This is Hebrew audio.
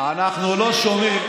2.5 מיליון זה הסכום של כל המפלגות,